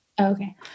Okay